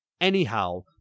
Anyhow